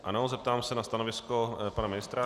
Ano, zeptám se na stanovisko pana ministra.